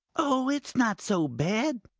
oh, it's not so bad,